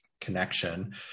connection